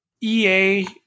EA